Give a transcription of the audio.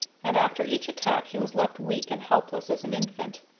and after each attack he was left weak and helpless as an infant.